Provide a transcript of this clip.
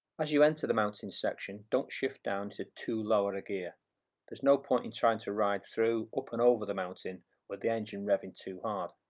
as you enter the mountain section don't shift down to too lower a gear there's no point in trying to ride through up and over the mountain with the engine revving too hard,